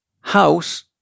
house